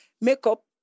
Makeup